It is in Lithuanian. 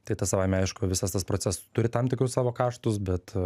tai tas savaime aišku visas tas procesas turi tam tikrus savo kaštus bet